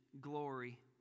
glory